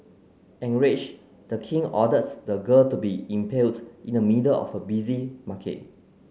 enraged the king orders the girl to be impaled in the middle of a busy market